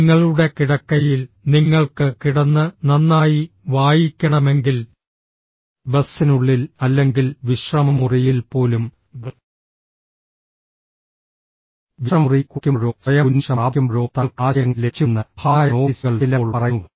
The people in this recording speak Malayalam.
നിങ്ങളുടെ കിടക്കയിൽ നിങ്ങൾക്ക് കിടന്ന് നന്നായി വായിക്കണമെങ്കിൽ ബസ്സിനുള്ളിൽ അല്ലെങ്കിൽ വിശ്രമമുറിയിൽ പോലും വിശ്രമമുറിയിൽ കുളിക്കുമ്പോഴോ സ്വയം ഉന്മേഷം പ്രാപിക്കുമ്പോഴോ തങ്ങൾക്ക് ആശയങ്ങൾ ലഭിച്ചുവെന്ന് മഹാനായ നോവലിസ്റ്റുകൾ ചിലപ്പോൾ പറയുന്നു